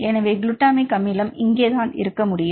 எனவே குளுட்டமிக் அமிலம் இங்கே தான் இருக்க முடியும்